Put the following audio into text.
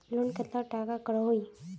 Loan कतला टाका करोही?